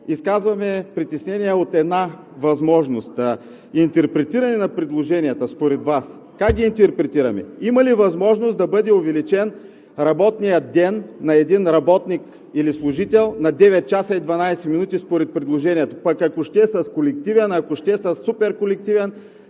изказваме притеснения от една възможност. Интерпретиране на предложенията – според Вас, как ги интерпретираме? Има ли възможност да бъде увеличен работният ден на един работник или служител на 9 часа и 12 минути според предложението, пък ако ще, с колективен, ако ще, със суперколективен,